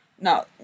No